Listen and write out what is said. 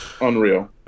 Unreal